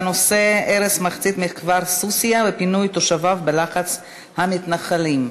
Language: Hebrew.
בנושא: הרס מחצית מהכפר סוסיא ופינוי תושביו בלחץ המתנחלים.